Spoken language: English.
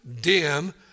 dim